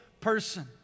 person